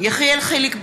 יחיאל חיליק בר,